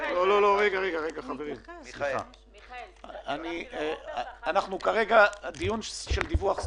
ה-default היה 5%. אנחנו נתנו 15%. ברגע שאתה נותן 100%,